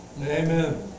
Amen